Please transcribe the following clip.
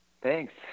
Thanks